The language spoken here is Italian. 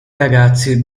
ragazzi